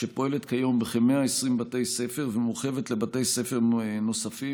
שפועלת כיום בכ-120 בתי ספר ומורחבת לבתי ספר נוספים.